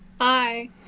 Hi